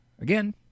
Again